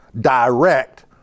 direct